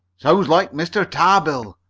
sounds like mr. tarbill,